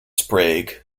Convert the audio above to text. sprague